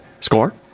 score